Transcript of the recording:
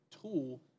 tool